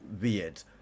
weird